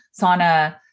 sauna